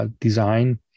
design